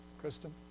Kristen